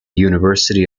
university